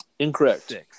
Incorrect